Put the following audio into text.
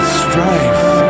strife